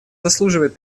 заслуживает